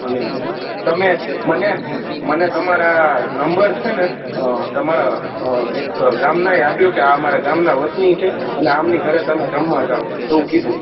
અને તમે મને મને તમારા નંબર છે ને તમારા એક ગામનાએ આપ્યો કે આ અમારા ગામનાં વતની છે અને આમની ઘરે તમે જમવા જાઓ એવું કીધું